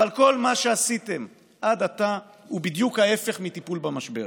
אבל כל מה שעשיתם עד עתה הוא בדיוק ההפך מטיפול במשבר,